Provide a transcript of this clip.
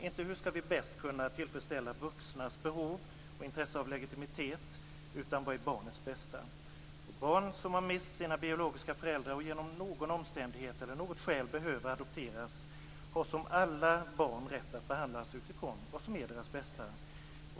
Inte hur vi bättre ska kunna tillfredsställa vuxnas behov och intresse av legitimitet utan vad som är barnets bästa. Barn som har mist sina biologiska föräldrar och genom någon omständighet eller av något skäl behöver adopteras har som alla barn rätt att behandlas utifrån vad som är deras bästa.